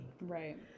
Right